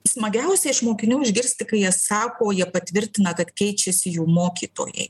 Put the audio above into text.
smagiausia iš mokinių išgirsti kai jie sako jie patvirtina kad keičiasi jų mokytojai